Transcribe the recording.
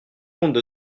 compte